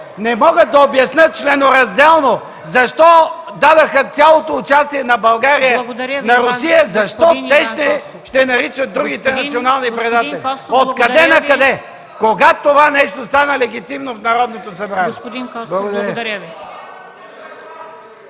не могат да обяснят членоразделно защо дадоха цялото участие на България на Русия, защо те ще наричат другите национални предатели?! Откъде-накъде?! Откога това стана легитимно в Народното събрание?!